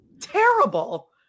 terrible